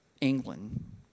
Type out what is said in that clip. England